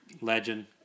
Legend